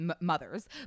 mothers